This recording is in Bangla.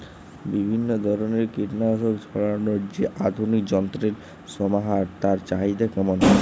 বিভিন্ন ধরনের কীটনাশক ছড়ানোর যে আধুনিক যন্ত্রের সমাহার তার চাহিদা কেমন?